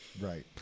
right